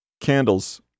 Candles